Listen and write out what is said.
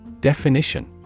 Definition